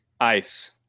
Ice